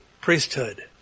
priesthood